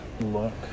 look